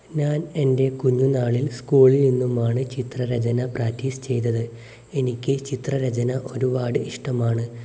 ഞാൻ എൻ്റെ കുഞ്ഞുനാളിൽ സ്കൂളിൽ നിന്നുമാണ് ചിത്ര രചന പ്രാക്ടീസ് ചെയ്തത് എനിക്ക് ചിത്രരചന ഒരുപാട് ഇഷ്ടമാണ്